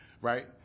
Right